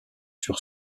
sur